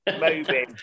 Moving